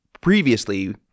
previously